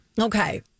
Okay